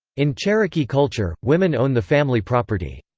in cherokee culture, women own the family property.